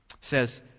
says